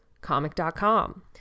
comic.com